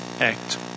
act